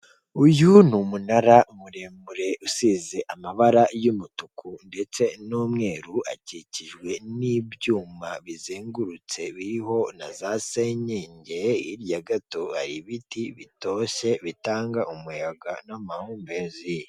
Uyu ni umunara muremure usize amabara y'umutuku ndetse n'umweru, akikijwe n'ibyuma bizengurutse biriho na za senyenge, hirya gato hari ibiti bitose bitanga umuyaga n'amahumbezi.